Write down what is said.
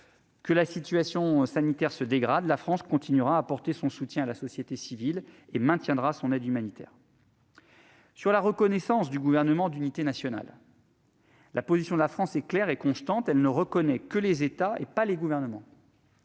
que la situation sanitaire se dégrade, la France continuera d'apporter son soutien à la société civile et maintiendra son aide humanitaire. En ce qui concerne la reconnaissance du gouvernement d'unité nationale, la position de la France est claire et constante : elle ne reconnaît que les États, et non les gouvernements.